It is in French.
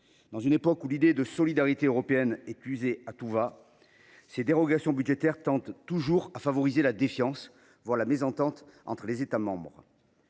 À une époque où l’idée de solidarité européenne est usée à tout va, ces dérogations budgétaires tendent toujours à favoriser la défiance, voire la mésentente entre les États membres.